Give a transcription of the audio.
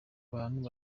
hantu